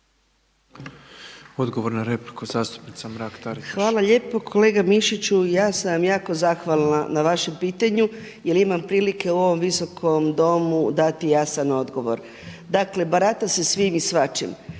Odgovor na repliku zastupnica Mrak Taritaš. **Mrak-Taritaš, Anka (HNS)** Hvala lijepo. Kolega Mišiću, ja sam vam jako zahvalna na vašem pitanju jel imam prilike u ovom Visokom domu dati jasan odgovor. Dakle barata se svim i svačim.